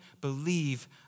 believe